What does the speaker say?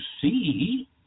see